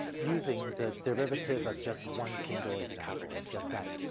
using, the derivative of just one single example of just that,